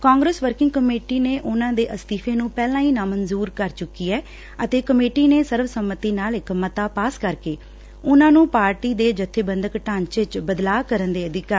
Congress working committee ਉਨਾਂ ਦੇ ਅਸਤੀਫੇ ਨੂੰ ਪਹਿਲਾਂ ਹੀ ਨਾਮੰਜੂਰ ਕਰ ਚੁੱਕੀ ਐ ਅਤੇ ਕਮੇਟੀ ਨੇ ਸਰਵਸੰਮਤੀ ਨਾਲ ਇਕ ਮਤਾ ਪਾਸ ਕਰਕੇ ਉਨ੍ਹਾਂ ਨੂੰ ਪਾਰਟੀ ਦੇ ਜੱਬੇਬੰਦਕ ਢਾਚੇ 'ਚ ਬਦਲਾਅ ਕਰਨ ਦੇ ਅਧਿਕਾਰ ਦਿੱਤੇ ਨੇ